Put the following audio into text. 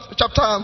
chapter